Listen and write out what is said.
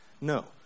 No